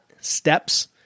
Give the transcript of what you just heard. Steps